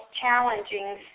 challenging